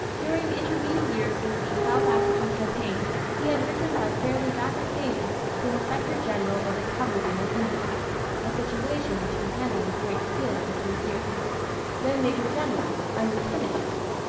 during the intervening years since the south african campaign he had risen by fairly rapid stages to inspector-general of the cavalry in india a situation which he handled with great skill for three years then major general, and lieutenant general.